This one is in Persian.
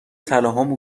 طلاهامو